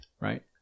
right